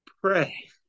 pray